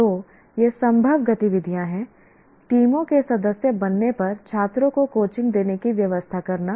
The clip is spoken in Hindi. तो ये संभव गतिविधियाँ हैं टीमों के सदस्य बनने पर छात्रों को कोचिंग देने की व्यवस्था करना